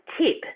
tip